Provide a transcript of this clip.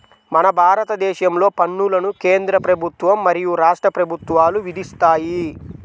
మన భారతదేశంలో పన్నులను కేంద్ర ప్రభుత్వం మరియు రాష్ట్ర ప్రభుత్వాలు విధిస్తాయి